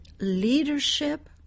leadership